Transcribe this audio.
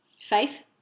Faith